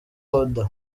oda